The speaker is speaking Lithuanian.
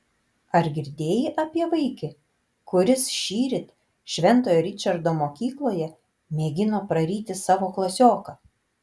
ar girdėjai apie vaikį kuris šįryt šventojo ričardo mokykloje mėgino praryti savo klasioką